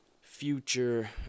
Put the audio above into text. Future